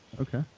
okay